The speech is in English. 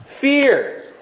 fear